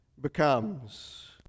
Becomes